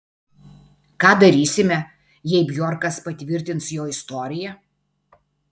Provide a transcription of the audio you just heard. ką darysime jei bjorkas patvirtins jo istoriją